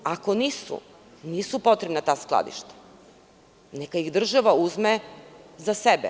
Ako NIS nisu potrebna ta skladišta, neka ih država uzme za sebe.